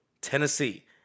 Tennessee